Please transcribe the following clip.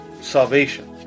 salvation